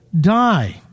die